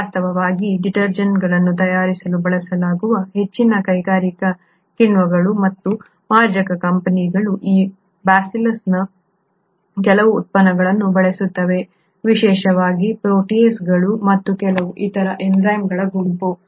coli ವಾಸ್ತವವಾಗಿ ಡಿಟರ್ಜೆಂಟ್ಗಳನ್ನು ತಯಾರಿಸಲು ಬಳಸಲಾಗುವ ಹೆಚ್ಚಿನ ಕೈಗಾರಿಕಾ ಕಿಣ್ವಗಳು ಮತ್ತು ಮಾರ್ಜಕ ಕಂಪನಿಗಳು ಈ ಬ್ಯಾಸಿಲಸ್ನ ಕೆಲವು ಉತ್ಪನ್ನಗಳನ್ನು ಬಳಸುತ್ತವೆ ವಿಶೇಷವಾಗಿ ಪ್ರೋಟಿಯೇಸ್ಗಳು ಮತ್ತು ಕೆಲವು ಇತರ ಎನ್ಝೈಮ್ಗಳ ಗುಂಪು